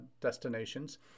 destinations